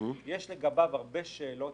יש לגביו הרבה שאלות.